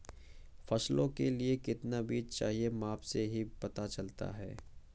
फसलों के लिए कितना बीज चाहिए माप से ही पता चलता है